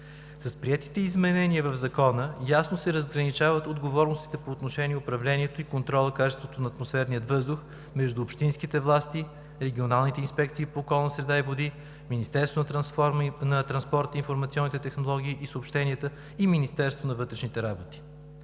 С приетите изменения в Закона ясно се разграничават отговорностите по отношение управлението и контрола за качеството на атмосферния въздух между общинските власти, регионалните инспекции по околната среда и водите, Министерството на транспорта, информационните технологии и съобщенията и Министерството на вътрешните работи.